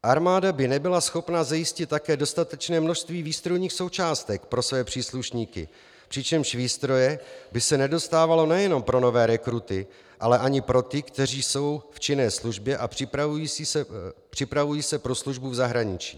Armáda by nebyla schopna zajistit také dostatečné množství výstrojních součástek pro své příslušníky, přičemž výstroje by se nedostávalo nejenom pro nové rekruty, ale ani pro ty, kteří jsou v činné službě a připravují se pro službu v zahraničí.